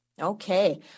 Okay